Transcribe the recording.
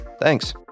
Thanks